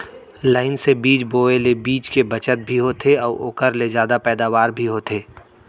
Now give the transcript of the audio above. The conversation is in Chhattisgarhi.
लाइन से बीज बोए ले बीच के बचत भी होथे अउ ओकर ले जादा पैदावार भी होथे